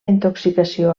intoxicació